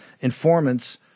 informants